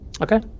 Okay